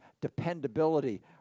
dependability